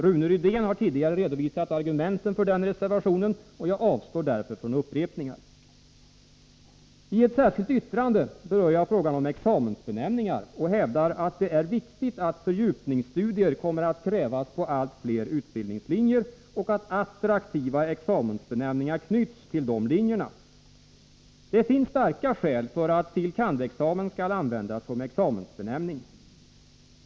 Rune Rydén har tidigare redovisat argumenten för den reservationen, och jag avstår därför från upprepningar. I ett särskilt yttrande berör jag frågan om examensbenämningar. Jag hävdar att det är viktigt att fördjupningsstudier kommer att krävas på allt fler utbildningslinjer och att attraktiva examensbenämningar knyts till dessa linjer. Det finns starka skäl för att fil. kand.-examen skall användas som examensbenämning.